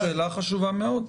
שאלה חשובה מאוד.